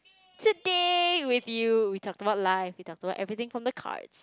today with you we talked about life we talked about everything from the card